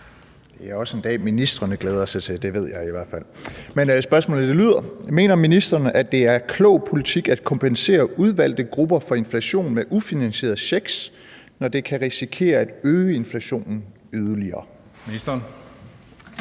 803 1) Til finansministeren af: Alex Vanopslagh (LA): Mener ministeren, at det er klog politik at kompensere udvalgte grupper for inflation med ufinansierede checks, når dette kan risikere at øge inflationen yderligere? Den